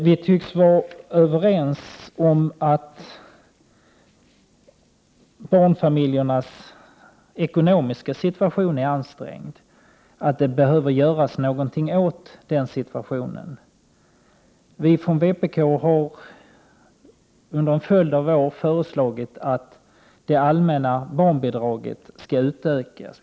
Vi tycks vara överens om att barnfamiljernas ekonomiska situation är ansträngd och att det behöver göras någonting åt den situationen. Vi ifrån vpk har under en följd av år föreslagit att det allmänna barnbidraget skall utökas.